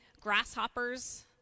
grasshoppers